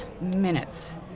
minutes